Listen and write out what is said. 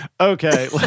Okay